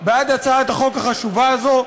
בעד הצעת החוק החשובה הזו.